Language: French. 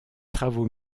travaux